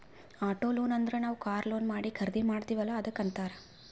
auto loan ಅಂದುರ್ ನಾವ್ car loan ಮಾಡಿ ಖರ್ದಿ ಮಾಡ್ತಿವಿ ಅಲ್ಲಾ ಅದ್ದುಕ್ ಅಂತ್ತಾರ್